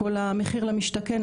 כל המחיר למשתכן,